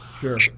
Sure